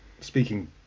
speaking